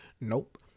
Nope